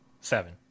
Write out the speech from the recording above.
seven